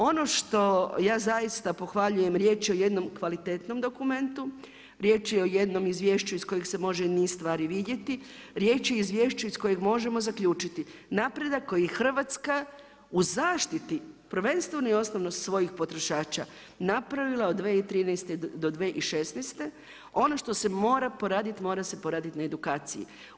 Ono što ja zaista pohvaljujem riječ je o jednom kvalitetnom dokumentu, riječ je o jednom izvješću iz kojeg se može niz stvari vidjeti, riječ je o izvješću iz kojeg možemo zaključiti napredak koji Hrvatska u zaštiti prvenstveno i osnovno svojih potrošača napravila od 2013.-2016. ono što se mora poraditi, mora se poraditi na edukaciji.